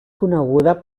coneguda